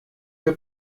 der